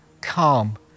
Calm